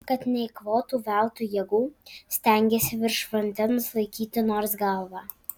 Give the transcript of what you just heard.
kad neeikvotų veltui jėgų stengėsi virš vandens laikyti nors galvą